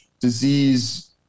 disease